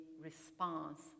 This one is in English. response